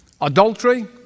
adultery